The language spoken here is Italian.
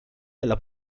della